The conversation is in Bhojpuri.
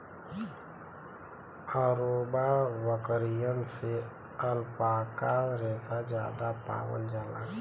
अंगोरा बकरियन से अल्पाका रेसा जादा पावल जाला